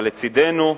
אבל לצדנו שכנינו,